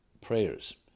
prayers